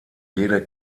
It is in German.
jede